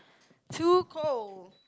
too cold